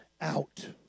out